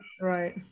Right